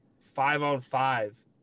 five-on-five